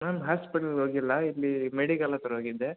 ma'am ಹಾಸ್ಪಿಟಲ್ಗೆ ಹೋಗಿಲ್ಲ ಇಲ್ಲಿ ಮೆಡಿಕಲ್ ಹತ್ರ ಹೋಗಿದ್ದೆ